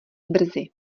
brzy